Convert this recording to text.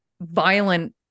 violent